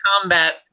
combat